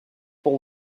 pour